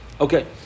Okay